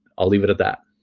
i'll leave it at that.